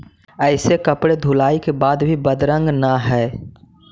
ऐसे कपड़े बहुत धुलाई के बाद भी बदरंग न हई